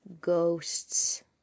ghosts